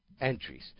entries